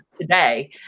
today